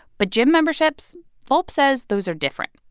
but gym memberships volpp says those are different.